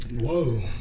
whoa